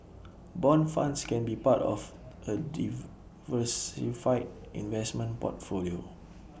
Bond funds can be part of A investment portfolio